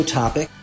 topic